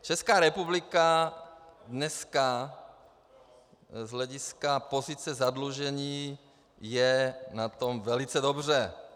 Česká republika dneska z hlediska pozice zadlužení je na tom velice dobře.